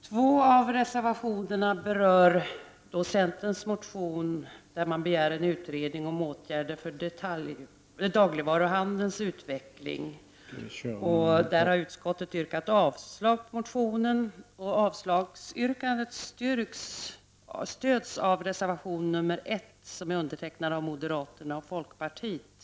Två av reservationerna berör centerns motion, i vilken man begär en utredning om åtgärder för dagligvaruhandelns utveckling. Utskottet har yrkat avslag på motionen. Avslagsyrkandet stöds också av reservation nr 1, som är undertecknad av moderaterna och folkpartiet.